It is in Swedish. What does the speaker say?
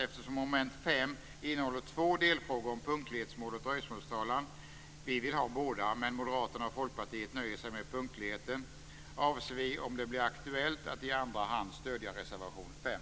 Eftersom mom. 5 omfattar två delfrågor, om punktlighet och dröjsmålstalan - vi kristdemokrater vill ha båda men Moderaterna och Folkpartiet nöjer sig med punktligheten - avser vi, om det blir aktuellt, att i andra hand stödja reservation 5.